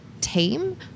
team